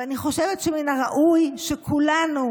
ואני חושבת שמן הראוי שכולנו,